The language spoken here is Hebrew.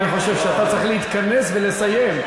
אני חושב שאתה צריך להתכנס ולסיים.